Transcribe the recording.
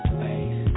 face